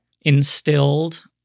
instilled